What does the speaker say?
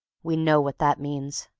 we know what that means.